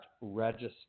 register